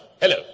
hello